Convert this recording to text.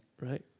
Right